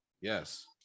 Yes